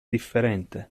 differente